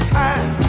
time